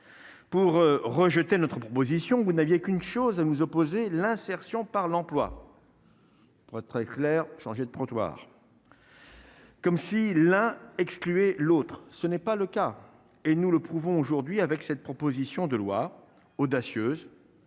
Pour rejeter notre proposition, vous n'aviez qu'une chose à nous opposer l'insertion par l'emploi. Pour être très clair, changer de trottoir. Comme si l'un exclu et l'autre, ce n'est pas le cas et nous le prouvons aujourd'hui avec cette proposition de loi audacieuse